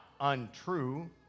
untrue